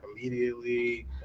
immediately